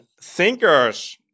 Thinkers